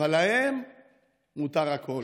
אבל להם מותר הכול.